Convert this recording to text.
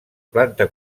planta